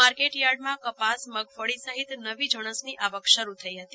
market યાર્ડમાં કપાસ મગફળી સહિત નવી જણસની આવક શરૂ થઇ હતી